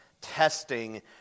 testing